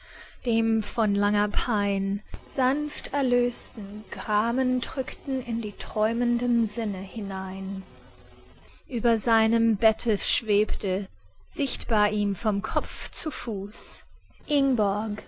dem von langer pein sanft erlösten gramentrückten in die träumenden sinne hinein ueber seinem bette schwebte sichtbar ihm von kopf zu fuß ingborg